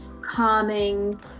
calming